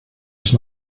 ich